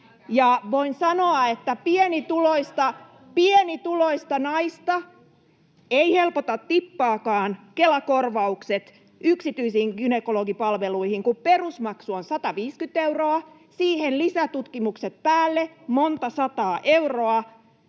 voin sanoa, että pienituloista naista eivät helpota tippaakaan Kela-korvaukset yksityisiin gynekologipalveluihin, kun perusmaksu on 150 euroa ja siihen lisätutkimukset päälle, monta sataa euroa.